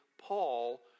Paul